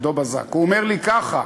הוא אומר לי ככה: